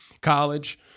college